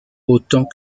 autant